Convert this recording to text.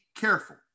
careful